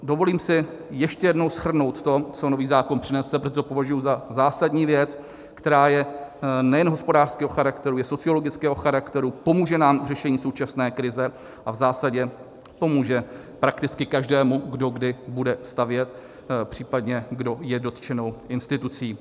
Dovolím si ještě jednou shrnout to, co nový zákon přinese, protože to považuji za zásadní věc, která je nejen hospodářského charakteru, je sociologického charakteru, pomůže nám v řešení současné krize a v zásadě pomůže prakticky každému, kdo kdy bude stavět, případně kdo je dotčenou institucí.